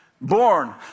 born